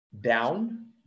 down